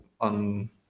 on